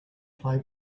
play